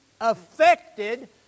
affected